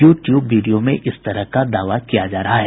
you tube video में इस तरह का दावा किया जा रहा है